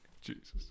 Jesus